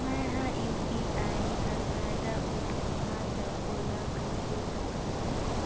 मैं ह यू.पी.आई कर फायदा उठाहा ता ओला कइसे दखथे?